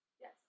Yes